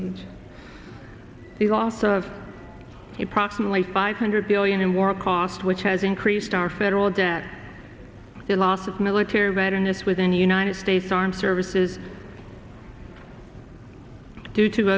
and the loss of a proximately five hundred billion in war cost which has increased our federal debt the loss of military veteran this was in the united states armed services due to